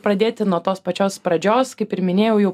pradėti nuo tos pačios pradžios kaip ir minėjau jau